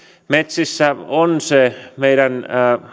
metsissä on meidän